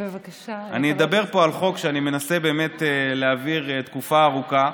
אני אדבר פה על חוק שאני מנסה להעביר תקופה ארוכה,